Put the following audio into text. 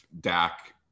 Dak